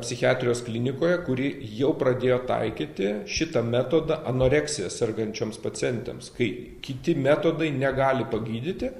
psichiatrijos klinikoje kuri jau pradėjo taikyti šitą metodą anoreksija sergančioms pacientėms kai kiti metodai negali pagydyti